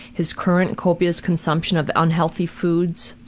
his current copious consumption of unhealthy foods,